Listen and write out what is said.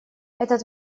этот